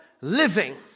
living